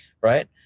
right